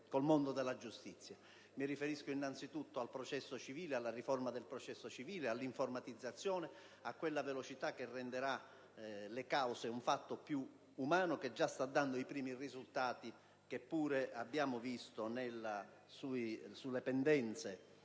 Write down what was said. Mi riferisco, innanzitutto, alla riforma del processo civile, all'informatizzazione, a quella velocità che renderà le cause un fatto più umano e che già sta dando i primi risultati, che pure abbiamo visto, nell'ambito